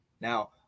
Now